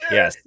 Yes